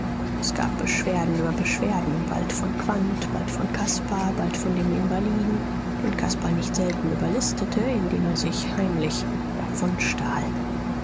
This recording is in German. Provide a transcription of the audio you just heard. es gab beschwerden über beschwerden bald von quandt bald von caspar bald von dem invaliden den caspar nicht selten überlistete indem er sich heimlich